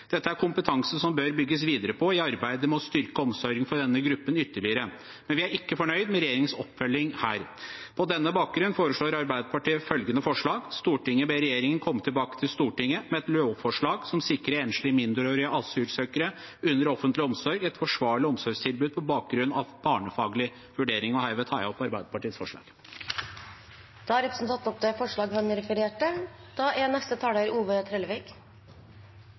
Dette er kompetanse det bør bygges videre på i arbeidet med å styrke omsorgen for denne gruppen ytterligere. Vi er ikke fornøyd med regjeringens oppfølging her. På den bakgrunn foreslår Arbeiderpartiet, sammen med Senterpartiet, følgende: «Stortinget ber regjeringen komme tilbake til Stortinget med et lovforslag som sikrer enslige mindreårige asylsøkere under offentlig omsorg et forsvarlig omsorgstilbud på bakgrunn av barnefaglige vurderinger.» Herved tar jeg opp forslaget Arbeiderpartiet er en del av. Da har representanten Masud Gharahkhani tatt opp det forslaget han refererte til. Barnevernstenesta er